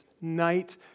night